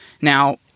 Now